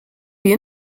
wie